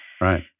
right